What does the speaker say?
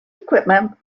equipment